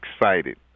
excited